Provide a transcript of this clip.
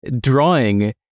drawing